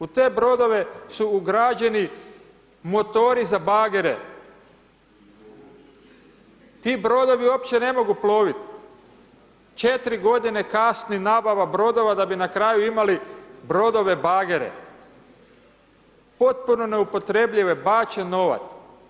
U te brodove su ugrađeni motori za bagere, ti brodovi uopće ne mogu plovit', četiri godine kasni nabava brodova da bi na kraju imali brodove bagere, potpuno neupotrebljive, bačen novac.